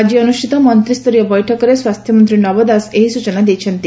ଆଜି ଅନୁଷିତ ମନ୍ତିସ୍ତରୀୟ ବୈଠକରେ ସ୍ୱାସ୍ଥ୍ୟମନ୍ତୀ ନବ ଦାସ ଏହି ସୂଚନା ଦେଇଛନ୍ତି